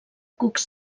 cucs